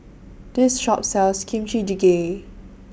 This Shop sells Kimchi Jjigae